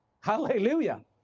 Hallelujah